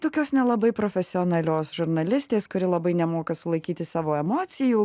tokios nelabai profesionalios žurnalistės kuri labai nemoka sulaikyti savo emocijų